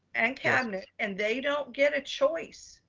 and cabinet and they don't get a choice.